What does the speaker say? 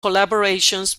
collaborations